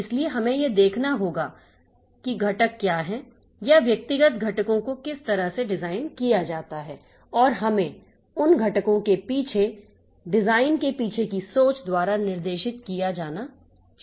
इसलिए हमें यह देखना होगा कि घटक क्या हैं या व्यक्तिगत घटकों को किस तरह से डिज़ाइन किया जाता है और हमें उन घटकों के पीछे डिज़ाइन के पीछे की सोच द्वारा निर्देशित किया जाना चाहिए